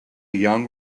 young